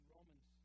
Romans